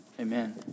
Amen